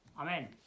Amen